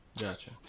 Gotcha